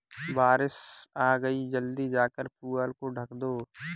बारिश आ गई जल्दी जाकर पुआल को ढक दो